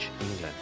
England